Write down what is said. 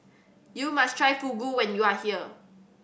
you must try Fugu when you are here